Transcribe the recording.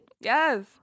yes